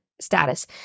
status